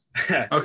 Okay